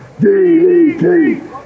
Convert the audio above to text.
DDT